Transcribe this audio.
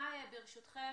ברשותכם,